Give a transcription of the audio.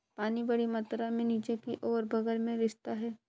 पानी बड़ी मात्रा में नीचे की ओर और बग़ल में रिसता है